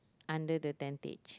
under the tentage